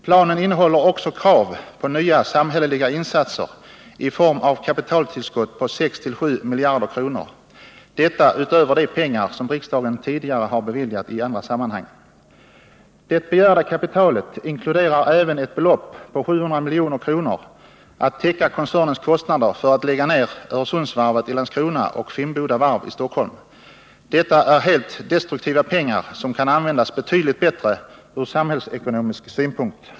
Planen innehåller också krav på nya samhälleliga insatser i form av kapitaltillskott på 6-7 miljarder kronor — detta utöver de pengar som riksdagen tidigare har beviljat i andra sammanhang. Det begärda kapitalet inkluderar även ett belopp på 700 milj.kr. att täcka koncernens kostnader för att lägga ner Öresundsvarvet i Landskrona och Finnboda Varv i Stockholm. Detta är helt destruktiva pengar som kan användas betydligt bättre ur samhällsekonomisk synpunkt.